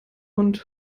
und